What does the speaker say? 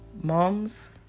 Moms